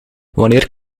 wanneer